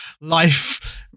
life